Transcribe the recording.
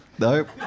Nope